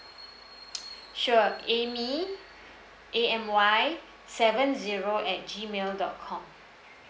sure amy A M Y seven zero at G mail dot com